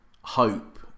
hope